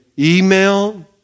email